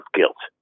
guilt